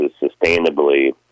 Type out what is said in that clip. sustainably